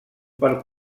per